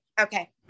Okay